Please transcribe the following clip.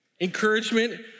encouragement